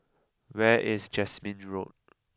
where is Jasmine Road